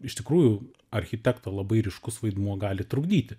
iš tikrųjų architekto labai ryškus vaidmuo gali trukdyti